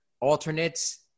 alternates